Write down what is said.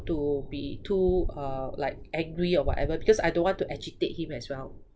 to be too uh like angry or whatever because I don't want to agitate him as well